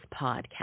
podcast